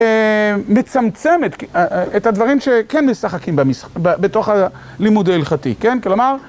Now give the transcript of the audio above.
מצמצם את הדברים שכן משחקים בתוך הלימוד ההלכתי, כן, כלומר.